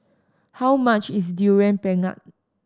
how much is Durian Pengat